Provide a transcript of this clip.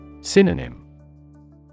Synonym